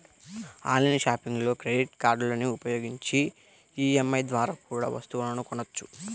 online షాపింగ్లో credit కార్డులని ఉపయోగించి ఈ.ఎం.ఐ ద్వారా కూడా వస్తువులను కొనొచ్చు